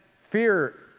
fear